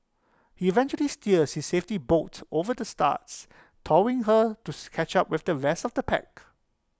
eventually steers his safety boat over the starts towing her to scatch up with the rest of the pack